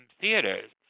theaters